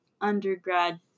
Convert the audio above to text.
undergrad